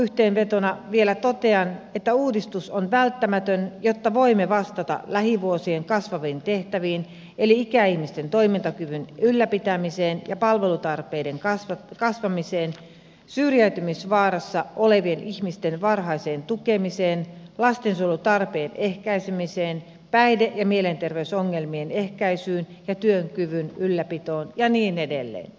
loppuyhteenvetona vielä totean että uudistus on välttämätön jotta voimme vastata lähivuosien kasvaviin tehtäviin eli ikäihmisten toimintakyvyn ylläpitämiseen ja palvelutarpeiden kasvamiseen syrjäytymisvaarassa olevien ihmisten varhaiseen tukemiseen lastensuojelutarpeen ehkäisemiseen päihde ja mielenterveysongelmien ehkäisyyn ja työkyvyn ylläpitoon ja niin edelleen